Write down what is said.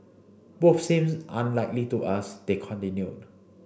both seems unlikely to us they continued